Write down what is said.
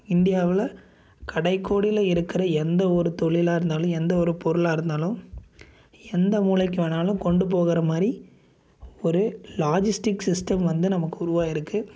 இந்தியாவில் கடைக்கோடியில் இருக்கிற எந்த ஒரு தொழிலாக இருந்தாலும் எந்த ஒரு பொருளாக இருந்தாலும் எந்த மூலைக்கு வேணாலும் கொண்டு போகிற மாதிரி ஒரு லாஜஸ்டிக் சிஸ்டம் வந்து நமக்கு உருவாகிருக்கு